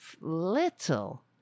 little